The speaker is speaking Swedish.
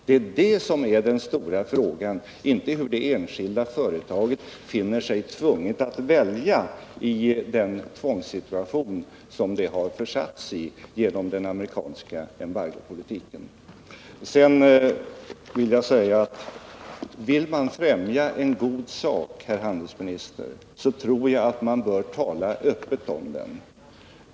Det är det som är den stora frågan, inte hur det enskilda företaget finner sig tvunget att välja i den tvångssituation som det har försatts i till följd av den amerikanska embargopolitiken. Vill man främja en god sak, herr handelsminister, tror jag att man bör tala öppet om den.